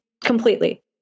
completely